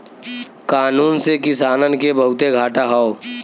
कानून से किसानन के बहुते घाटा हौ